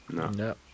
No